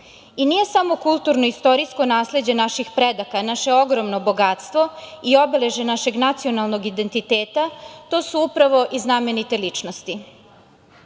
Nije samo kulturno-istorijsko nasleđe naših predaka, naše ogromno bogatstvo i obeležje našeg nacionalnog identiteta, to su upravo i znamenite ličnosti. Danas